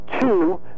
two